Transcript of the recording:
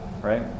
right